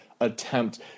attempt